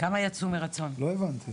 אני לא רואה פשוט.